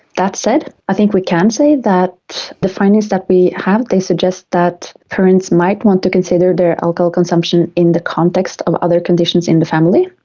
that said, i think we can say that the findings that we have, they suggest that parents might want to consider their alcohol consumption in the context of other conditions in the family.